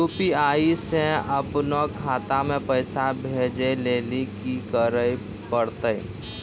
UPI से अपनो खाता मे पैसा भेजै लेली कि करै पड़तै?